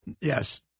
Yes